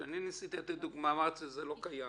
כשאני ניסיתי לתת דוגמה אמרת שזה לא קיים.